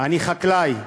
אני חקלאי.